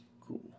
Cool